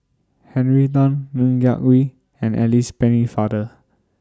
Henry Tan Ng Yak Whee and Alice Pennefather